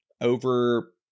over